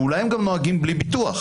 ואולי הם גם נוהגים בלי ביטוח,